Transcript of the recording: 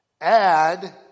add